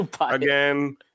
Again